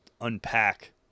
unpack